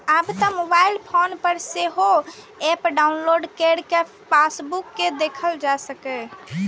आब तं mobile phone पर सेहो एप डाउलोड कैर कें पासबुक कें देखल जा सकैए